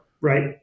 right